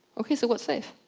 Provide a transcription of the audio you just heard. ok so what's safe?